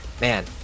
man